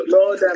Lord